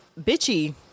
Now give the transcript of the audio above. bitchy